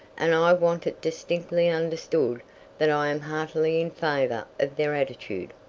and i want it distinctly understood that i am heartily in favor of their attitude.